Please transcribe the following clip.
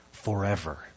Forever